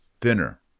thinner